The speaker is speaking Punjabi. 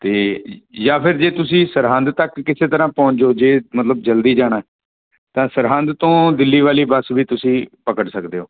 ਅਤੇ ਜਾਂ ਫਿਰ ਜੇ ਤੁਸੀਂ ਸਰਹੰਦ ਤੱਕ ਕਿਸੇ ਤਰ੍ਹਾਂ ਪਹੁੰਚ ਜੋ ਜੇ ਮਤਲਬ ਜਲਦੀ ਜਾਣਾ ਤਾਂ ਸਰਹੰਦ ਤੋਂ ਦਿੱਲੀ ਵਾਲੀ ਬੱਸ ਵੀ ਤੁਸੀਂ ਪਕੜ ਸਕਦੇ ਹੋ